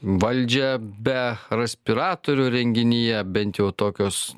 valdžią be respiratorių renginyje bent jau tokios